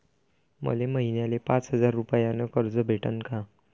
मले महिन्याले पाच हजार रुपयानं कर्ज भेटन का?